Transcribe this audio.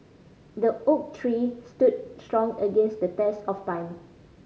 the oak tree stood strong against the test of time